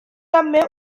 també